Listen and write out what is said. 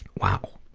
wow!